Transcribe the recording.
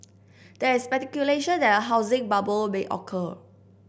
there is speculation that a housing bubble may occur